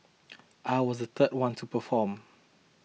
I was the third one to perform